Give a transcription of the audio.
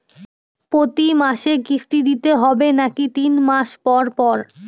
প্রতিমাসে কিস্তি দিতে হবে নাকি তিন মাস পর পর?